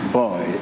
boy